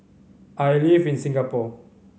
I live in Singapore